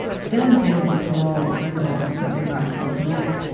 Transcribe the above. stan feels ah small prickle at the back of his neck.